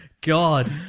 God